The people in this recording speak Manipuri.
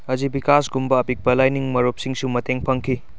ꯑꯖꯤꯕꯤꯀꯥꯁꯀꯨꯝꯕ ꯑꯄꯤꯛꯄ ꯂꯥꯏꯅꯤꯡ ꯃꯔꯨꯞꯁꯤꯡꯁꯨ ꯃꯇꯦꯡ ꯐꯪꯈꯤ